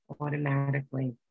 automatically